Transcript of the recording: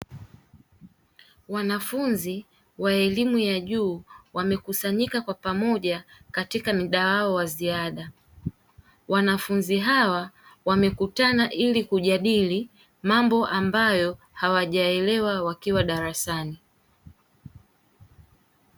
Wanafunzi wa elimu ya juu wamekusanyika kwa pamoja katika mda wao wa ziada. Wanafunzi hawa wamekutana ili kujadili mambo ambayo hawajaelewa wakiwa darasani.